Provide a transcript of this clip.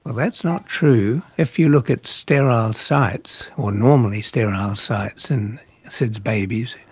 ah that's not true. if you look at sterile sites or normally sterile sites in sids babies,